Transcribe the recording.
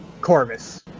Corvus